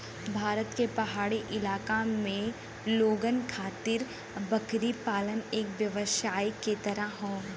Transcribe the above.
भारत के पहाड़ी इलाका के लोगन खातिर बकरी पालन एक व्यवसाय के तरह हौ